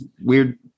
weird